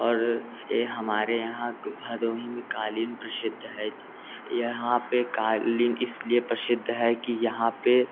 और ये हमारे यहाँ तो भदोही में क़ालीन प्रसिद्ध है यहाँ पर क़ालीन इस लिए प्रसिद्ध है कि यहाँ पर